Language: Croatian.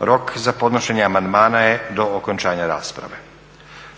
Rok za podnošenje amandmana je do okončanja rasprave.